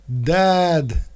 dad